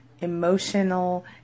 emotional